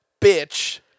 bitch